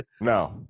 No